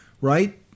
Right